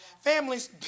Families